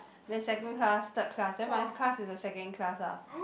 then second class third class then my class is the second class ah